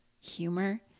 humor